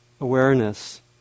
awareness